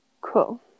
cool